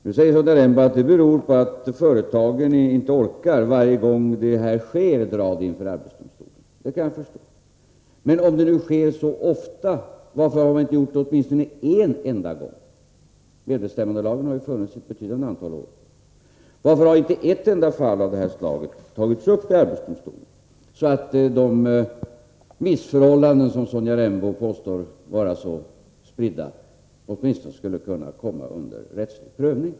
Nu säger Sonja Rembo att det beror på att företagen inte varje gång detta sker orkar dra saken inför arbetsdomstolen. Men om vetorätten missbrukas så ofta som Sonja Rembo påstår, varför har man inte anmält det åtminstone en enda gång? Medbestämmandelagen har ju funnits i ett betydande antal år. Varför har inte ett enda fall av det här slaget tagits upp i arbetsdomstolen, så att de missförhållanden som Sonja Rembo påstår är så spridda åtminstone hade kunnat komma under rättslig prövning?